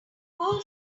full